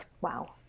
Wow